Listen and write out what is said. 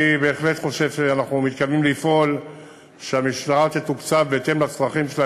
אני בהחלט חושב שאנחנו מתכוונים לפעול שהמשטרה תתוקצב בהתאם לצרכים שלה,